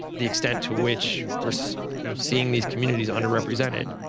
the extent to which we're so seeing these communities underrepresented.